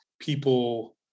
people